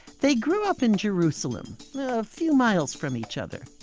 they grew up in jerusalem a few miles from each other,